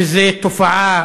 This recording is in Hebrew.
שזה תופעה